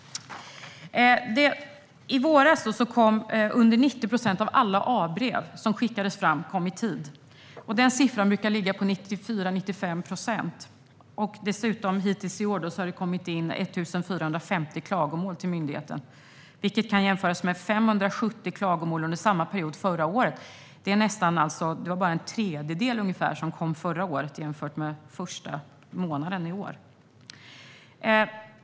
I våras kom under 90 procent av alla A-brev som skickades fram i tid. Den siffran brukar vara 94-95 procent. Dessutom har det hittills i år kommit in 1 450 klagomål till myndigheten, vilket kan jämföras med 570 klagomål under samma period förra året, alltså bara en tredjedel jämfört med första månaden i år.